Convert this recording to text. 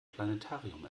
planetarium